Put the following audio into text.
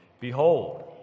Behold